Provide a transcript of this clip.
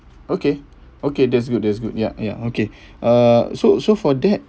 okay okay that's good that's good ya ya okay uh so so for that